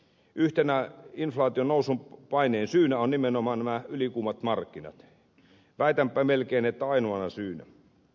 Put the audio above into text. yhtenä inflaation nousun paineen syynä on nimenomaan nämä ylikuumat markkinat väitänpä melkein että ainoana syynä